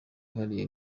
wihariye